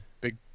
big